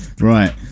Right